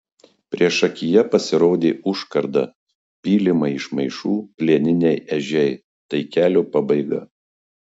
priešakyje pasirodė užkarda pylimai iš maišų plieniniai ežiai tai kelio pabaiga